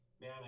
man